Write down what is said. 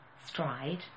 stride